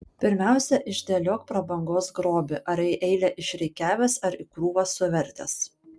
pirmiausia išdėliok prabangos grobį ar į eilę išrikiavęs ar į krūvą suvertęs